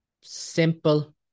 simple